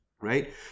Right